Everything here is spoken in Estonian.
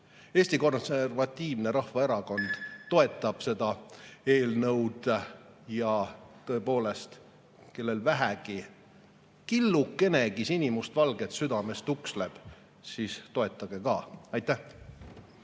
Eesti Konservatiivne Rahvaerakond toetab seda eelnõu. Ja tõepoolest, kellel vähegi, killukenegi sinimustvalget südames tuksleb, toetage ka! Aitäh!